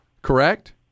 correct